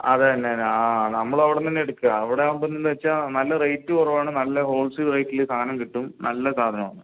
അത് തന്നെ ആ നമ്മളവിടുന്ന് തന്നെ എടുക്കാം അവിടുന്ന് ആകുമ്പമെന്ന് വെച്ചാൽ നല്ല റേറ്റ് കുറവാണ് നല്ല ഹോൾസെയിൽ റേറ്റില് സാധനം കിട്ടും നല്ല സാധനവാണ്